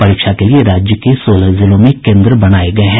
परीक्षा के लिए राज्य के सोलह जिलों में केन्द्र बनाये गये हैं